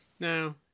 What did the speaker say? No